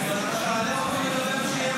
תעלה עוד פעם לדבר כשיהיה החוק?